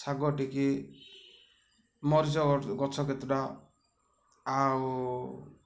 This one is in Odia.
ଶାଗ ଟିକି ମରିଚ ଗଛ କେତେଟା ଆଉ